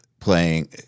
playing